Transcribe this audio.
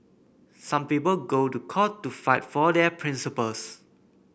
some people go to court to fight for their principles